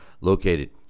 located